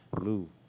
Lou